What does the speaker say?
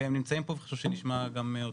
והם נמצאים פה וחשוב שנשמע גם אותם.